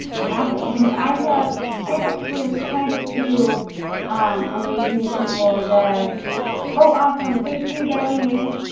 have it because i have i have actually ah quite a few amazing people that awesome thank you dai, liyan